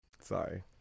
Sorry